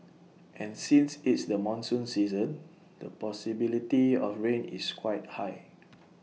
and since it's the monsoon season the possibility of rain is quite high